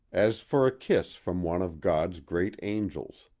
as for a kiss from one of god's great angels.